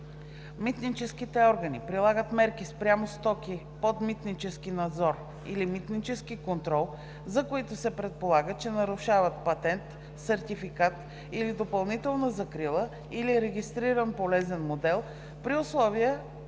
Митническите органи прилагат мерки спрямо стоки под митнически надзор или митнически контрол, за които се предполага, че нарушават патент, сертификат за допълнителна закрила или регистриран полезен модел, при условията